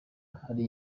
hari